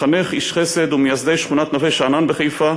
מחנך, איש חסד וממייסדי שכונת נווה-שאנן בחיפה.